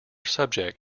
subject